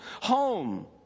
home